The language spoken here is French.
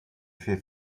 fait